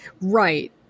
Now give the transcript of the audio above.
Right